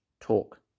talk